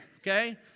okay